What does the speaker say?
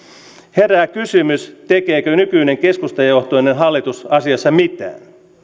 herää kysymys tekeekö nykyinen keskustajohtoinen hallitus asiassa mitään